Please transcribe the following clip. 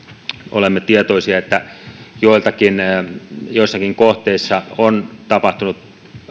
olemme tietoisia että joissakin kohteissa on tapahtunut